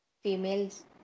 females